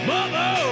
Mother